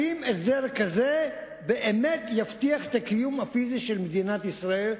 האם הסדר כזה באמת יבטיח את הקיום הפיזי של מדינת ישראל,